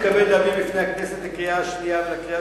הנני מתכבד להביא בפני הכנסת לקריאה השנייה ולקריאה